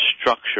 structure